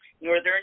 Northern